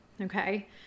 Okay